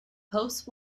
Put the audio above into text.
post